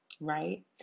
right